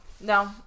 no